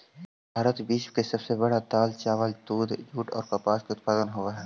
भारत विश्व के सब से बड़ा दाल, चावल, दूध, जुट और कपास उत्पादक हई